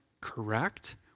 correct